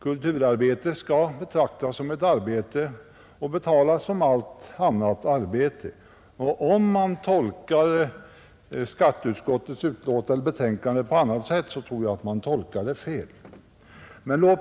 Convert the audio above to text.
Kulturarbete skall betraktas som ett arbete och betalas som allt annat arbete, och om man tolkar skatteutskottets betänkande på annat sätt tror jag att man tolkar det fel.